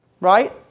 right